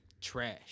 trash